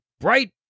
right